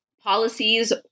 policies